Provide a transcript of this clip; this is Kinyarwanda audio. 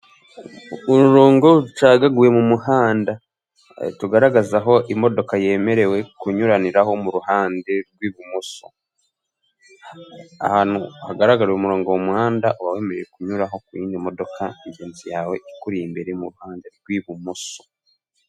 Ururongo rucagaguye mu muhanda tugaragaza aho imodoka yemerewe kunyuraniraho mu ruhande rw'ibumoso. Ahantu hagaragara uyu murongo mu muhanda, uba wemerewe kunyuraho ku yindi modoka ngenzi yawe ikuri imbere, mu ruhande rw'ibumoso.